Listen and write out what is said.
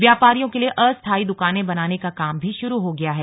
व्यापारियों के लिए अस्थायी द्वाने बनाने का काम भी शुरू हो गया है